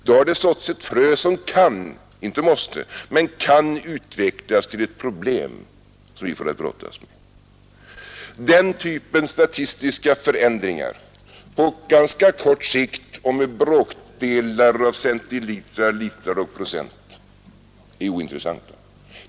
Då har det såtts ett frö som kan — inte måste — utvecklas till ett problem som vi får att brottas med. Den typen av statistiska förändringar på ganska kort sikt och med bråkdelar av centilitrar, litrar och procent är ointressant.